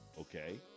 Okay